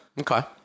Okay